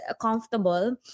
comfortable